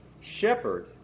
shepherd